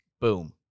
boom